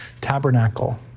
tabernacle